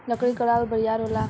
लकड़ी कड़ा अउर बरियार होला